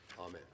Amen